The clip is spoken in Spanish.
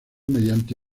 mediante